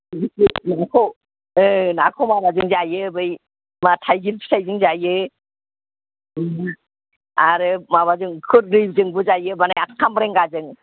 जिखुनु नाखौ नाखौ माबाजों जायो बै मा थाइगिर फिथाइजों जायो ओमफ्राय आरो माबाजों खोरदैजोंबो जायो माने खामरेंगाजों